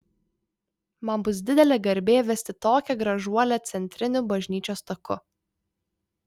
man bus didelė garbė vesti tokią gražuolę centriniu bažnyčios taku